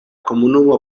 komunumo